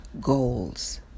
goals